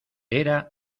era